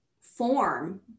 form